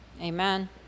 Amen